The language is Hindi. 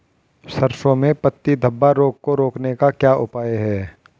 सरसों में पत्ती धब्बा रोग को रोकने का क्या उपाय है?